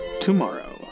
tomorrow